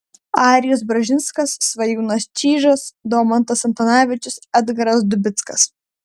arijus bražinskas svajūnas čyžas domantas antanavičius edgaras dubickas